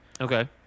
Okay